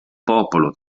popolo